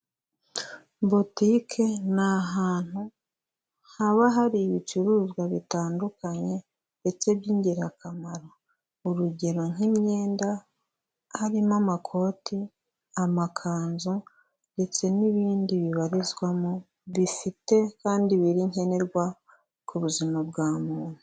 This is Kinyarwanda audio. Botike ni hantu haba hari ibicuruzwa bitandukanye ndetse by'ingirakamaro, urugero nk'imyenda, harimo amakoti, amakanzu ndetse n'ibindi bibarizwamo, bifite kandi biri nkenerwa ku buzima bwa muntu.